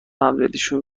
همدلیشون